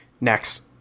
Next